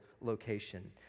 location